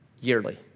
yearly